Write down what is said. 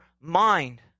mind